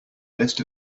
list